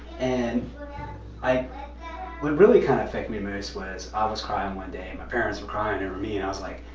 and what really kind of affected me most was, i was crying one day, and my parents were crying over me, and i was like,